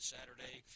Saturday